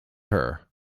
her